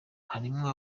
harimwo